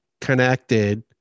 connected